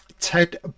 ted